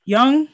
Young